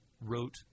wrote